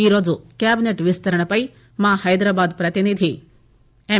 ఈరోజు క్యాబినెట్ విస్తరణపై మా హైదరాబాద్ పతినిధి ఎం